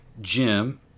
Jim